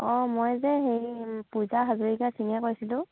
অঁ মই যে হেৰি পূজা হাজৰিকা সিঙে কৈছিলোঁ